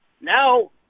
Now